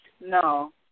No